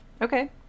okay